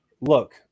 look